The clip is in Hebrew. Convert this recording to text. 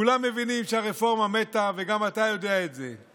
כולם מבינים שהרפורמה מתה, וגם אתה יודע את זה.